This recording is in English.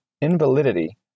invalidity